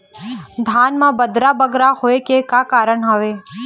धान म बदरा बगरा होय के का कारण का हवए?